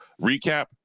recap